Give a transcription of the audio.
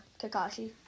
Kakashi